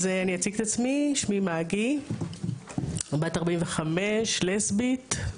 אז אני אציג את עצמי: שמי מגי, בת 45, לסבית.